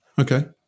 Okay